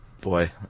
boy